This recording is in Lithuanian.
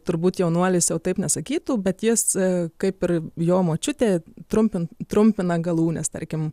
turbūt jaunuolis jau taip nesakytų bet jis kaip ir jo močiutė trumpin trumpina galūnes tarkim